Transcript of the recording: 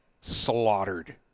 slaughtered